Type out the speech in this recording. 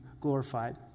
glorified